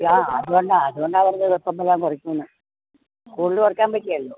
ആ അത് തന്നെ അത് തന്നെയാണ് പറഞ്ഞത് കുറക്കും എന്ന് കൂടുതൽ കുറക്കാൻ പറ്റുകയില്ലല്ലോ